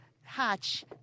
hatch